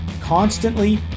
constantly